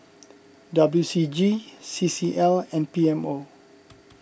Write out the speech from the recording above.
W C G C C L and P M O